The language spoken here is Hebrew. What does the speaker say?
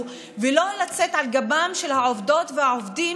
ולא לצאת על גבם של העובדות והעובדים,